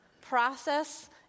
process